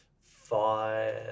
five